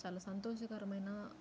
చాలా సంతోషకరమైన